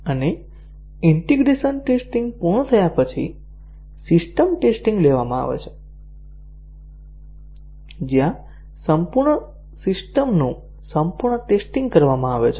અને integration testing પૂર્ણ થયા પછી સિસ્ટમ ટેસ્ટીંગ લેવામાં આવે છે જ્યાં સંપૂર્ણ સિસ્ટમનું સંપૂર્ણ ટેસ્ટીંગ કરવામાં આવે છે